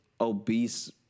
obese